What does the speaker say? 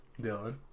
Dylan